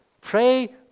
Pray